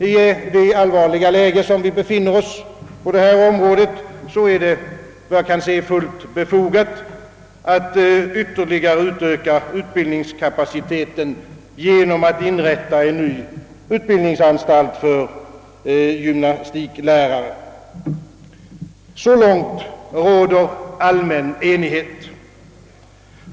I det allvarliga läge, vari vi härvidlag befinner oss, är det, såvitt jag kan se, fullt befogat att ytterligare öka = utbildningskapaciteten genom att inrätta en ny utbildningsanstalt för gymnastiklärare. Så långt råder allmän enighet.